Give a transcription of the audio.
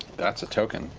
that's a token.